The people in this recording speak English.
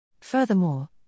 Furthermore